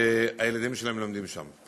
שהילדים שלהם לומדים שם.